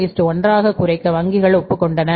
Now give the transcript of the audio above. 33 1 ஆகக் குறைக்க வங்கிகள் ஒப்புக்கொண்டன